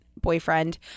boyfriend